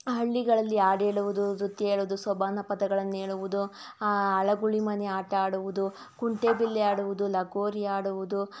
ಹಳ್ಳಿಗಳಲ್ಲಿ ಹಾಡ್ ಹೇಳುವುದು ನೃತ್ಯ ಹೇಳುದು ಸೋಬಾನೆ ಪದಗಳನ್ನು ಹೇಳುವುದು ಆ ಅಳಗುಳಿ ಮನೆ ಆಟ ಆಡುವುದು ಕುಂಟೆಬಿಲ್ಲೆ ಆಡುವುದು ಲಗೋರಿ ಆಡುವುದು